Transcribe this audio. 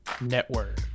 Network